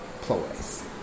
ploys